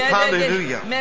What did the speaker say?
Hallelujah